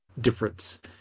difference